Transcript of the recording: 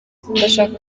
ndashaka